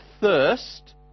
thirst